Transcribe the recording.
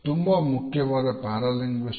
ತುಂಬಾ ಮುಖ್ಯವಾದ para linguistic